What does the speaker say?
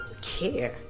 care